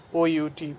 out